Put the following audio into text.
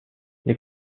les